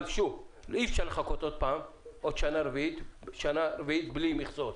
אבל אי אפשר להמשיך ולחכות ולהגיע לשנה רביעית ללא מכסות.